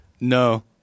No